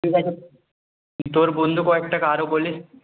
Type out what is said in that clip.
ঠিক আছে তোর বন্ধু কয়েকটাকে আরও বলিস